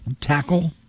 Tackle